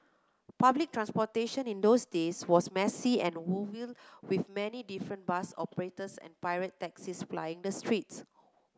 public transportation in those days was messy and woeful with many different bus operators and pirate taxis plying the streets